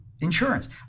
insurance